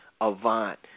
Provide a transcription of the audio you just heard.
Avant